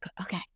okay